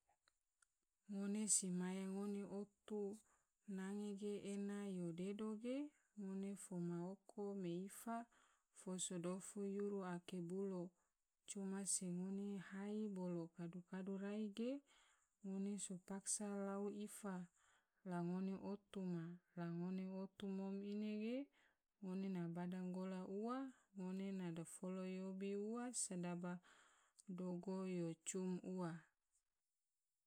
Ngone si maya ngone otu nange ge ena yo dedo ge, ngone fo ma oko me ifa, fo so dofu yuru ake bulo, coma se ngone hai bolo kadu kadu rai ge ngone so paksa lao ifa la ngone otu ma, la ngone otu mom ine ge ngone bada gola ua, ngone na dofolo yobi ua sodaba dogo yo cum ua.